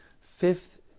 fifth